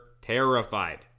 terrified